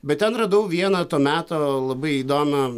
bet ten radau vieną to meto labai įdomią